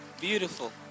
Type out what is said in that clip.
Beautiful